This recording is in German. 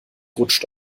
rutscht